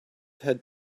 had